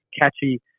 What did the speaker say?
catchy